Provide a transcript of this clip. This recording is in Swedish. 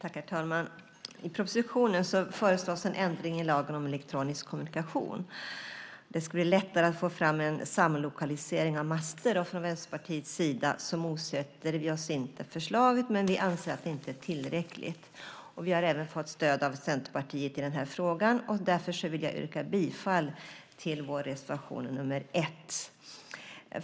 Herr talman! I propositionen föreslås en ändring i lagen om elektronisk kommunikation. Det ska bli lättare att få fram en samlokalisering av master. Från Vänsterpartiets sida motsätter vi oss inte förslaget, men vi anser att det inte är tillräckligt. Vi har även fått stöd av Centerpartiet i den här frågan. Därför vill jag yrka bifall till vår reservation nr 1.